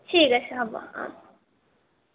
ঠিক আছে হ'ব অঁ